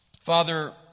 Father